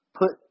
put